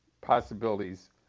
possibilities